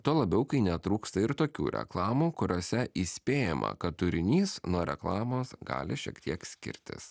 tuo labiau kai netrūksta ir tokių reklamų kuriose įspėjama kad turinys nuo reklamos gali šiek tiek skirtis